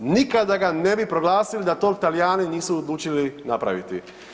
Nikada ga ne bi proglasila da to Talijani nisu odlučili napraviti.